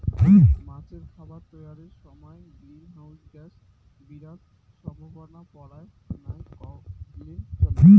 মাছের খাবার তৈয়ারের সমায় গ্রীন হাউস গ্যাস বিরার সম্ভাবনা পরায় নাই কইলেই চলে